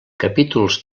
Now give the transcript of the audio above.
capítols